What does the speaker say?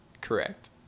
correct